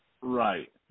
Right